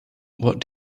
what